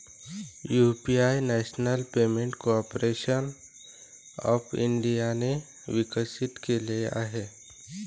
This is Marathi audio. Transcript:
UPI national payment corporation of इंडियाने विकसित केले आहे